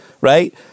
right